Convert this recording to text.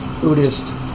Buddhist